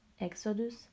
Exodus